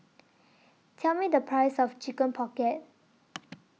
Tell Me The Price of Chicken Pocket